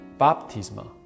baptisma